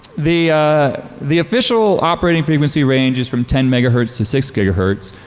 the the official operating frequency range is from ten megahertz to six gigahertz.